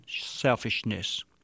selfishness